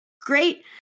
great